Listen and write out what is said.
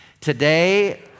Today